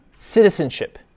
citizenship